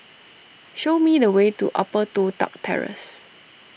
show me the way to Upper Toh Tuck Terrace